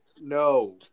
no